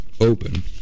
open